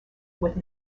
with